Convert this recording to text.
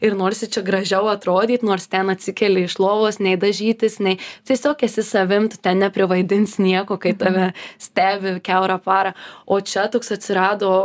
ir norisi čia gražiau atrodyti nors ten atsikeli iš lovos nei dažytis nei tiesiog esi savim tu ten neprivaidinsi nieko kai tave stebi kiaurą parą o čia toks atsirado